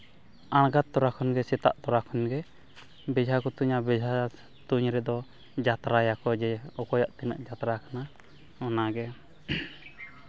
ᱟᱬᱜᱟᱛ ᱛᱚᱨᱟ ᱠᱷᱚᱱ ᱜᱮ ᱥᱮᱛᱟᱜ ᱛᱚᱨᱟ ᱠᱷᱚᱱ ᱜᱮ ᱵᱮᱡᱷᱟ ᱠᱚ ᱛᱩᱧᱟ ᱵᱮᱡᱷᱟ ᱛᱩᱧ ᱨᱮᱫᱚ ᱡᱟᱛᱨᱟᱭᱟᱠᱚ ᱡᱮ ᱚᱠᱚᱭᱟᱜ ᱛᱤᱱᱟᱹᱜ ᱡᱟᱛᱨᱟ ᱠᱟᱱᱟ ᱚᱱᱟᱜᱮ